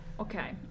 Okay